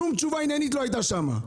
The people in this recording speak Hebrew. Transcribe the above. שום תשובה עניינית לא הייתה שם,